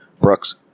Brooks